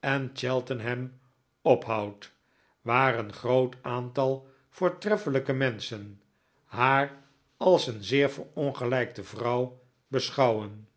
en cheltenham ophoudt waar een groot aantal voortreffelijke menschen haar als een zeer verongelijkte vrouw beschouwen